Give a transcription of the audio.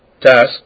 task